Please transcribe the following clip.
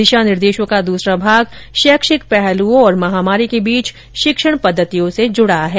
दिशा निर्देशो का दूसरा भाग शैक्षिक पहलुओं और महामारी के बीच शिक्षण पद्धतियों से जुड़ा है